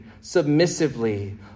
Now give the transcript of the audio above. submissively